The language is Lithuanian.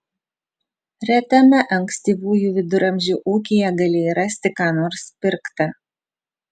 retame ankstyvųjų viduramžių ūkyje galėjai rasti ką nors pirkta